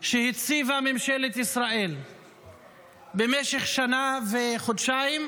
שהציבה ממשלת ישראל במשך שנה וחודשיים,